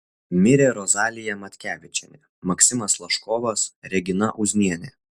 mirė rozalija matkevičienė maksimas laškovas regina uznienė